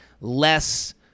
less